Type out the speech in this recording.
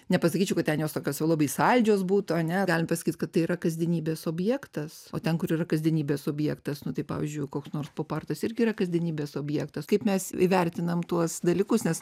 nepasakyčiau kad ten jos tokios jau labai saldžios būtų ar ne galim pasakyt kad tai yra kasdienybės objektas o ten kur yra kasdienybės subjektas nu tai pavyzdžiui koks nors pop artas irgi yra kasdienybės objektas kaip mes įvertinam tuos dalykus nes